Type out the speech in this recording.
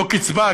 לא קצבה.